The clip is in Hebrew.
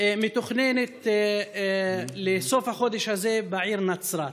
מתוכננת לסוף החודש הזה בעיר נצרת.